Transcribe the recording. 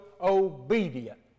obedient